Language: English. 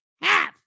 Half